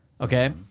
okay